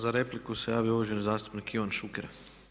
Za repliku se javio uvaženi zastupnik Ivan Šuker.